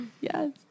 Yes